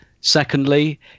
Secondly